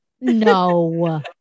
No